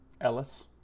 Ellis